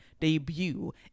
debut